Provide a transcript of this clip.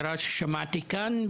אין ספק שעוזר הרופא יעזור לרופא